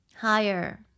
higher